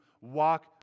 walk